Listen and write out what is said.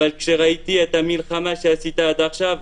אבל כשראיתי את המלחמה שעשית עד עכשיו,